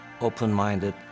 open-minded